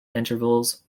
intervals